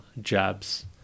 jabs